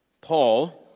Paul